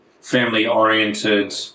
family-oriented